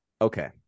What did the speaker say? okay